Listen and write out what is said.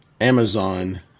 Amazon